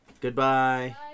Goodbye